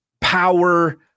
power